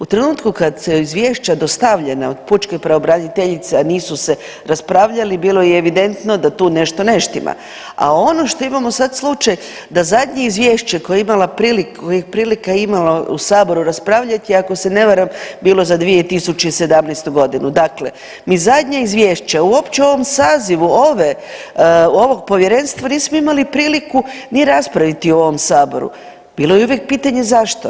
U trenutku kad su izvješća dostavljena od pučke pravobraniteljice, a nisu se raspravljali, bilo je evidentno da tu nešto ne štima, a ono što imamo sad slučaj da zadnje izvješće koje je imala prilika je imala u Saboru raspravljati je ako se ne varam, bilo za 2017. g. Dakle, mi zadnje izvješće uopće u ovom sazivu ove, ovog Povjerenstva nismo imali priliku ni raspraviti u ovom Saboru, bilo je uvijek pitanje zašto.